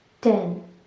Ten